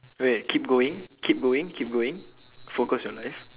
wait keep going keep going keep going focus your life